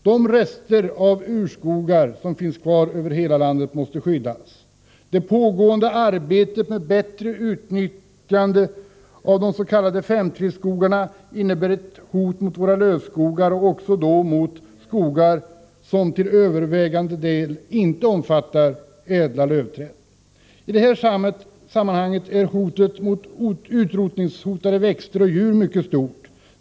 De rester av urskogar som finns kvar över hela landet måste skyddas. Det pågående arbetet med bättre utnyttjande av de s.k. 5:3-skogarna innebär hot mot våra lövskogar och också mot de skogar som till övervägande del inte omfattar ädla lövträd. I det här sammanhanget är hotet mot utrotningshotade växter och djur mycket stort.